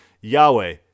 Yahweh